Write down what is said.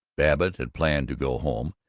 babbitt had planned to go home,